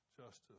justice